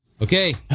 Okay